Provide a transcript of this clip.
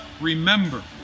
remember